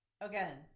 Again